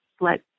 let